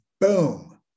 boom